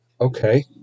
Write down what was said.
okay